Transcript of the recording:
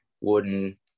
wooden